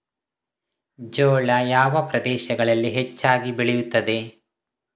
ಜೋಳ ಯಾವ ಪ್ರದೇಶಗಳಲ್ಲಿ ಹೆಚ್ಚಾಗಿ ಬೆಳೆಯುತ್ತದೆ?